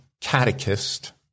catechist